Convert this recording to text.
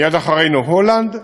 מייד אחרינו הולנד,